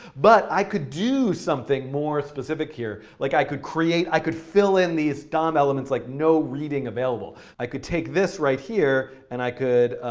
but i could do something more specific here, like i could create i could fill in these dom elements, like no reading available. i could take this right here, and i could